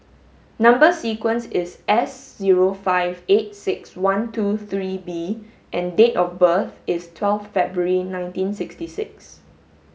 number sequence is S zero five eight six one two three B and date of birth is twelve February nineteen sixty six